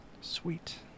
Sweet